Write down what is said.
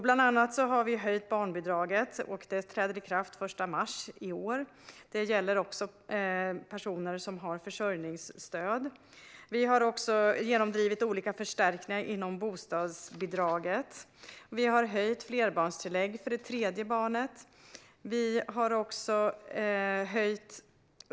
Vi har höjt barnbidraget, och höjningen träder i kraft den 1 mars i år. Försörjningsstödet har höjts. Vi har genomdrivit olika förstärkningar inom bostadsbidraget. Vi har höjt flerbarnstillägget för det tredje barnet.